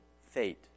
fate